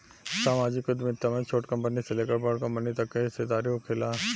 सामाजिक उद्यमिता में छोट कंपनी से लेकर बड़ कंपनी तक के हिस्सादारी होखेला